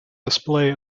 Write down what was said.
display